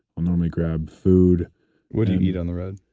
um normally grab food what do you eat on the road?